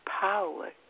power